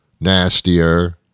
nastier